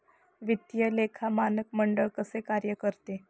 वित्तीय लेखा मानक मंडळ कसे कार्य करते?